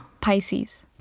Pisces